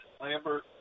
Lambert